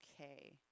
okay